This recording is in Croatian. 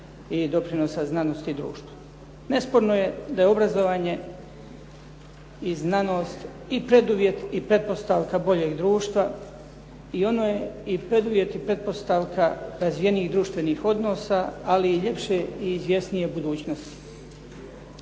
i doprinosa znanosti društva. Nesporno je da je obrazovanje i znanost i preduvjet i pretpostavka boljeg društva i ono je i preduvjet i pretpostavka razvijenijih društvenih odnosa ali i ljepše i izvjesnije budućnosti.